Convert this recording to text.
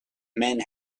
men